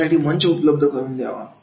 यासाठी मंच उपलब्ध करून द्यावा